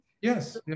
Yes